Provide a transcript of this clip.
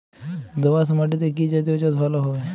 দোয়াশ মাটিতে কি জাতীয় চাষ ভালো হবে?